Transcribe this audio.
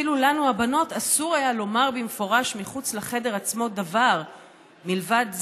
אפילו לנו הבנות אסור היה לומר במפורש מחוץ לחדר עצמו דבר מלבד זה,